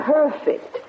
perfect